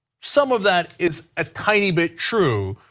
some of that is a tiny bit true.